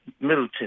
Middleton